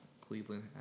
Cleveland